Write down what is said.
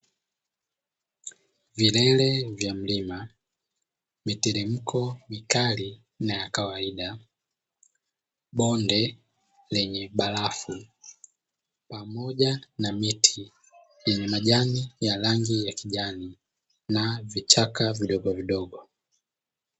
Vilevile vya mlima viteremko vikali na vya kawaida bonde na miti yenye miba mikali